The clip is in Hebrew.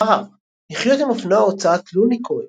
ספריו לחיות עם אופנוע, הוצאת לוני כהן,